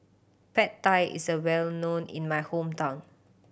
Pad Thai is a well known in my hometown